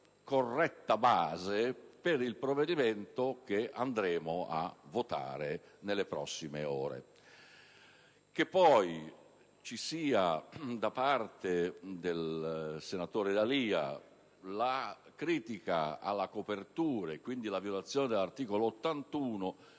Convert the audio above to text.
corretta base per il provvedimento che voteremo. Sul fatto poi che ci sia da parte del senatore D'Alia la critica alla copertura, quindi la violazione dell'articolo 81,